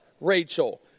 Rachel